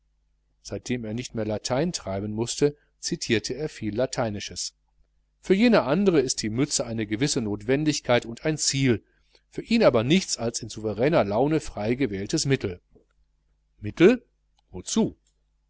treiben mußte zitierte er viel lateinisches für jene anderen ist die mütze eine gewisse notwendigkeit und ein ziel für ihn aber nichts als ein in souveräner laune frei gewähltes mittel mittel wozu